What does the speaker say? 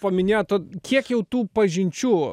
paminėjot kiek jau tų pažinčių